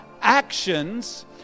actions